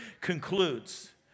concludes